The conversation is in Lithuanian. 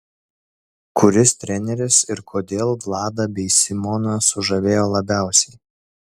kuris treneris ir kodėl vladą bei simoną sužavėjo labiausiai